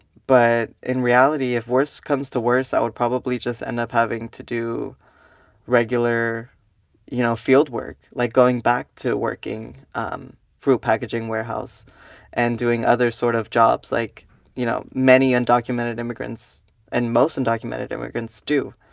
but in reality, if worst comes to worse, i would probably just end up having to do regular you know fieldwork. like, going back to working um for a packaging warehouse and doing other sorts sort of jobs like you know many undocumented immigrants and most undocumented immigrants do.